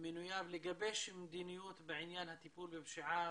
לגבש מדיניות בעניין טיפול בפשיעה